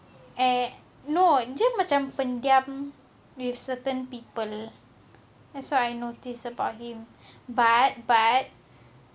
eh no dia macam pendiam with certain people that's what I notice about him but but